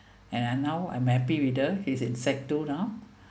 and I now I'm happy with her is in sec two now